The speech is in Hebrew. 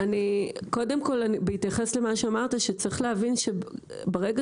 קודם כל בהתייחס למה שאמרת שצריך להבין שברגע